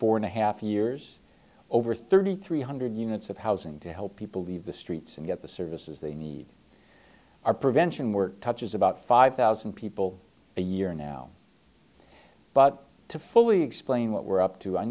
four and a half years over thirty three hundred units of housing to help people leave the streets and get the services they need are prevention we're touches about five thousand people a year now but to fully explain what we're up to i